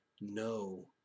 no